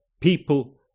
people